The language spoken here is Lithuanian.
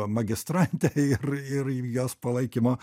magistrante ir ir jos palaikymo